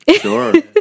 Sure